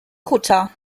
kutter